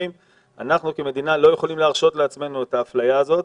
אנחנו כמדינה לא יכולים להרשות לעצמנו את האפליה הזאת.